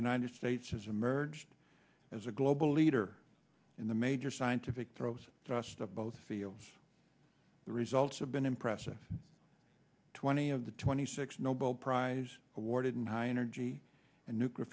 united states has emerged as a global leader in the major scientific throws trust of both fields the results have been impressive twenty of the twenty six nobel prize awarded in high energy and nuclear